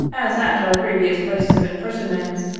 as at our previous places of imprisonment,